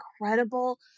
incredible